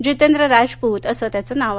जितेंद्र राजपूत असं त्याचं नाव आहे